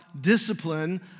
discipline